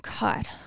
God